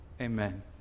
Amen